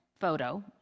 photo